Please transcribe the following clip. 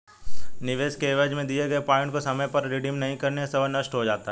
निवेश के एवज में दिए गए पॉइंट को समय पर रिडीम नहीं करने से वह नष्ट हो जाता है